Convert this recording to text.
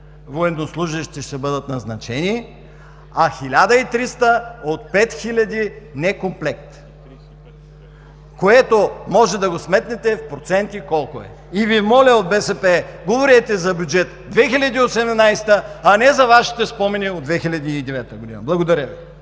военнослужещи ще бъдат назначени, а 1300 от 5000 некомплект, което можете да сметнете колко е в проценти. Моля Ви от БСП, говорете за Бюджет 2018, а не за Вашите спомени от 2009 г. Благодаря Ви.